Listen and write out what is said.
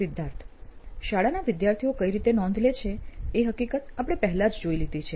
સિદ્ધાર્થ શાળાના વિદ્યાર્થીઓ કઈ રીતે નોંધ લે છે એ હકીકત આપણે પહેલા જ જોઈ લીધી છે